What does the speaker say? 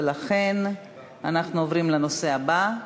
ולכן אנחנו עוברים לנושא הבא: